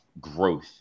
growth